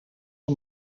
een